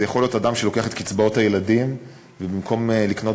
זה יכול להיות אדם שלוקח את קצבאות הילדים ובמקום לקנות